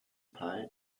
pie